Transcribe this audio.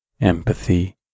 empathy